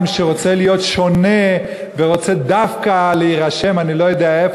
שרוצה להיות שונה ורוצה דווקא להירשם כפי שהוא רוצה.